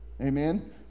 Amen